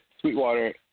Sweetwater